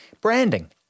Branding